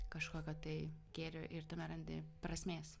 kažkokio tai gėrio ir tame randi prasmės